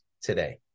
today